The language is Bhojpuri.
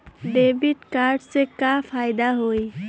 डेबिट कार्ड से का फायदा होई?